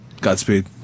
Godspeed